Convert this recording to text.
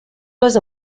les